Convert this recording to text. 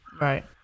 Right